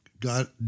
God